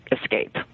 escape